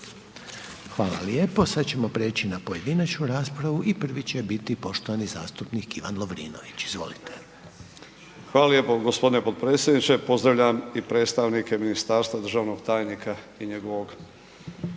Hvala lijepo. Sad ćemo preći na pojedinačnu raspravu i prvi će biti poštovani zastupnik Ivan Lovrinović, izvolite. **Lovrinović, Ivan (Promijenimo Hrvatsku)** Hvala lijepo, g. potpredsjedniče. Pozdravljam i predstavnike ministarstva, državnog tajnika i njegovog